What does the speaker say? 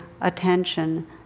attention